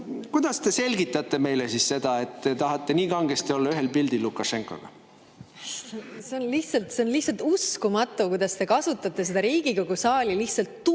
Kuidas te selgitate meile seda, et te tahate nii kangesti olla ühel pildil Lukašenkaga? See on lihtsalt uskumatu, kuidas te kasutate Riigikogu saali lihtsalt tuimalt